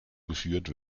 geführt